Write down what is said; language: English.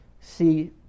See